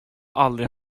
aldrig